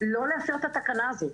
לא לאשר את התקנה הזאת.